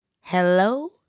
Hello